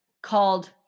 called